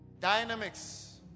Dynamics